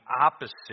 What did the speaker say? opposite